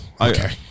Okay